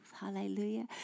Hallelujah